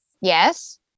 Yes